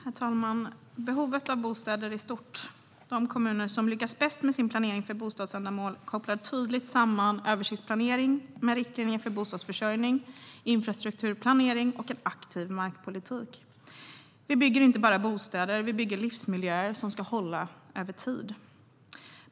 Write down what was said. Herr talman! Behovet av bostäder är stort. De kommuner som lyckas bäst med sin planering för bostadsändamål kopplar tydligt samman översiktsplanering med riktlinjer för bostadsförsörjning, infrastrukturplanering och en aktiv markpolitik. Vi bygger inte bara bostäder - vi bygger livsmiljöer som ska hålla över tid.